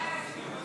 הפחתת תקציב לא